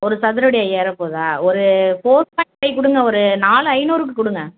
ஒரு சதுரடி ஐயாயிரூபா போகுதா ஒரு ஃபோர் பாய்ண்ட் ஃபைவ் கொடுங்க ஒரு நாலு ஐநூறுக்கு கொடுங்க